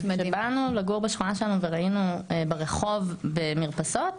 כשבאנו לגור בשכונה שלנו וראינו ברחוב במרפסות,